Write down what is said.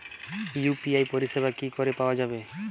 UPI পরিষেবা কি করে পাওয়া যাবে?